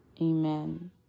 Amen